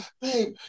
Babe